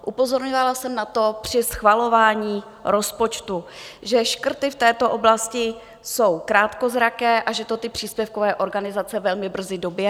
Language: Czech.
Upozorňovala jsem na to při schvalování rozpočtu, že škrty v této oblasti jsou krátkozraké a že to ty příspěvkové organizace velmi brzy doběhne.